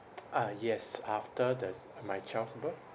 ah yes after the my child's birth